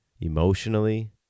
emotionally